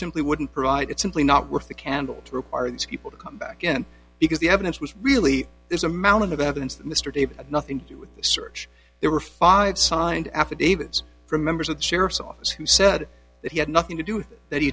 simply wouldn't provide it's simply not worth the candle to require these people to come back in because the evidence was really there's a mountain of evidence that mr david had nothing to do with the search there were five signed affidavits from members of the sheriff's office who said that he had nothing to do with that he